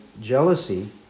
jealousy